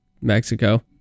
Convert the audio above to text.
Mexico